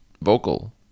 vocal